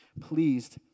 pleased